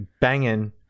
Banging